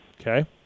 Okay